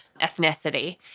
ethnicity